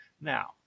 Now